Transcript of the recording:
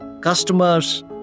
customers